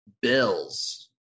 Bills